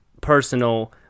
personal